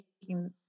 taking